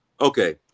Okay